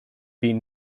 been